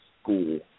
school